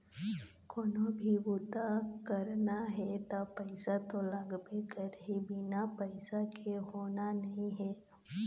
कोनो भी बूता करना हे त पइसा तो लागबे करही, बिना पइसा के होना नइ हे